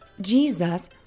Jesus